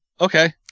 Okay